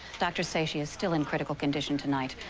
doctors say she is still in critical condition tonight.